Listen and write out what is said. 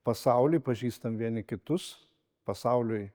pasaulį pažįstam vieni kitus pasauliui